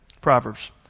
Proverbs